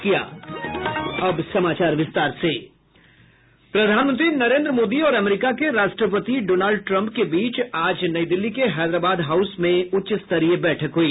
प्रधानमंत्री नरेन्द्र मोदी और अमरीका के राष्ट्रपति डॉनल्ड ट्रम्प के बीच आज नई दिल्ली के हैदराबाद हाउस में उच्च स्तरीय बैठक हुई